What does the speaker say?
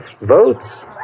votes